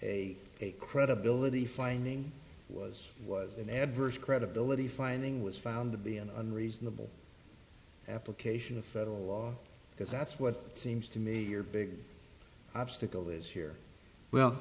a credibility finding was was an adverse credibility finding was found to be an unreasonable application of federal law because that's what it seems to me your big obstacle is here well